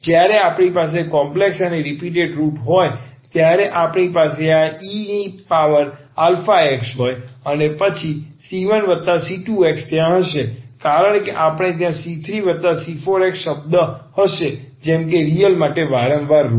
જ્યારે આપણી પાસે કોમ્પ્લેક્સ અને રીપીટેટ રુટ હોય ત્યારે આપણી પાસે આ e ની પાવર આલ્ફા x હોય અને પછી c1c2x ત્યાં હશે કારણ કે આપણે ત્યાં c3c4x શબ્દ હશે જેમ કે રીયલ માટે વારંવાર રુટ